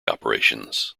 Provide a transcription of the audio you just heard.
operations